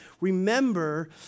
remember